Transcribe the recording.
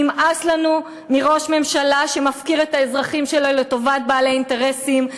נמאס לנו מראש ממשלה שמפקיר את האזרחים שלו לטובת בעלי אינטרסים.